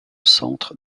centre